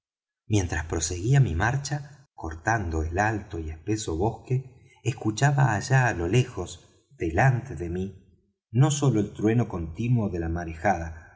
mientras proseguía mi marcha cortando el alto y espeso bosque escuchaba allá á lo lejos delante de mí no sólo el trueno continuo de la marejada